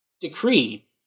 decree